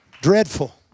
Dreadful